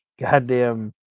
Goddamn